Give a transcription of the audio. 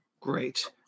great